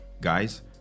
Guys